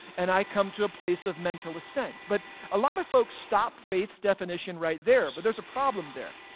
and i've come to a place of mental assent, but a lot of folks stop faith's definition right there, but there's a problem there,